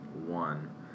one